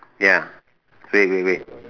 ya wait wait wait